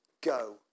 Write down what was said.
go